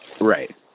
Right